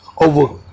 Over